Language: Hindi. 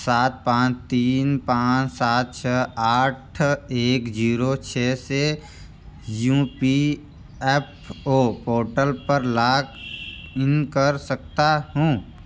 सात पाँच तीन पाँच सात छः चार आठ एक शून्य छः से U P F O portal में लॉग इन कर सकता हूँ